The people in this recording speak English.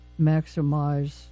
maximize